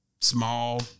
Small